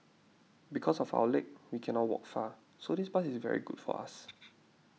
because of our leg we cannot walk far so this bus is very good for us